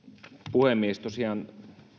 puhemies tosiaan